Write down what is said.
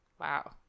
Wow